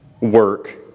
work